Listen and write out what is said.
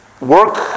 work